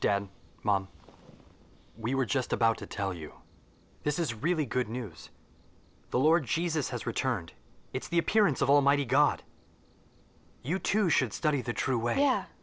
dad we were just about to tell you this is really good news the lord jesus has returned it's the appearance of almighty god you too should study the true way y